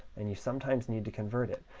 and you sometimes need to convert it.